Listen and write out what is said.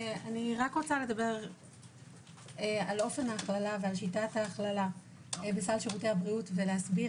אני רוצה לדבר על שיטת ההכללה בסל שירותי הבריאות ולהסביר